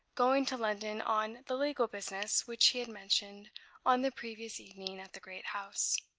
going to london on the legal business which he had mentioned on the previous evening at the great house.